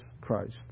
Christ